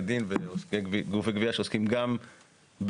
דין וגופי גבייה שעוסקים גם בסיוע,